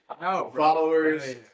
followers